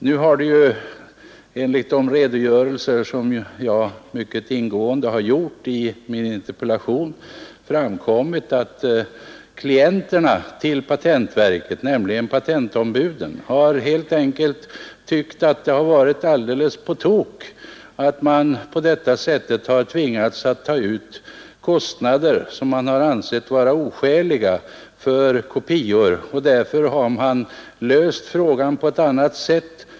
Det har av de mycket ingående redogörelser jag gjort i min interpellation framkommit att klienterna till patentverket, huvudsakligen patentombuden, har tyckt att det varit helt enkelt på tok att de påtvingats kopiekostnader, som de ansett vara oskäliga. De har därför löst frågan på annat sätt.